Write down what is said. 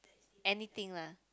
anything lah